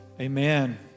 Amen